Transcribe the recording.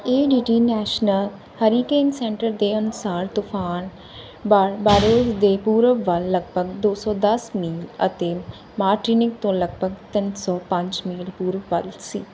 ਈ D T National Hurricane Center ਦੇ ਅਨੁਸਾਰ ਤੂਫਾਨ ਬਾਰਬਾਡੋਸ ਦੇ ਪੂਰਬ ਵੱਲ ਲਗਭਗ ਦੋ ਸੌ ਦਸ ਮੀਲ ਅਤੇ ਮਾਰਟਿਨਿਕ ਤੋਂ ਲਗਭਗ ਤਿੰਨ ਸੌ ਪੰਜ ਮੀਲ ਪੂਰਬ ਵੱਲ ਸੀ